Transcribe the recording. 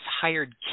hired